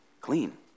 clean